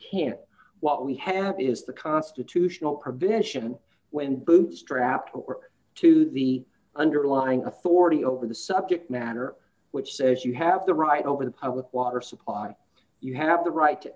can't what we have is the constitutional provision when bootstrap to the underlying authority over the subject matter which says you have the right over the water supply you have the right to